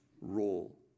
role